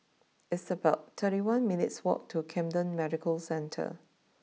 it's about thirty one minutes' walk to Camden Medical Centre